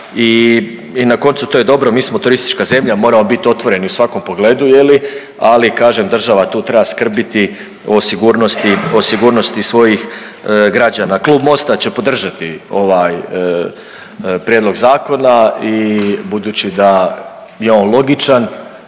i na koncu to je dobro, mi smo turistička zemlja. Moramo biti otvoreni u svakom pogledu, ali kažem država tu treba skrbiti o sigurnosti svojih građana. Klub MOST-a će podržati ovaj prijedlog zakona i budući da je on logičan